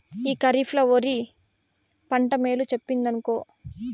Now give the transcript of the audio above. ఈ కరీఫ్ ల ఒరి పంట మేలు చెప్పిందినుకో